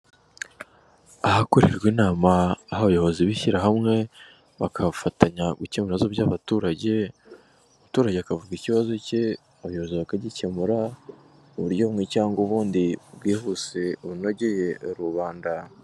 Ahakorerwa inama aho abayobozi bishyira hamwe bagafatanya gukemura ibibazo by'abaturage. Umuturage akavuga ikibazo cye abayobozi bakagikemura mu buryo bumwe cyangwa ubundi bwihuse bunogeye rubanda.